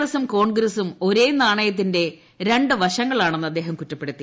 എസും കോൺഗ്രസും ഒരേ നാണയത്തിന്റെ രണ്ട് വശങ്ങളാണെന്ന് അദ്ദേഹം കുറ്റപ്പെടുത്തി